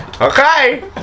Okay